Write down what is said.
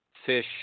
Fish